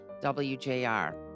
WJR